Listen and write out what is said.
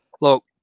look